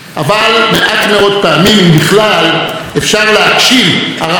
אפשר להגשים ערכים ותפיסות במציאות בצורתם הטהורה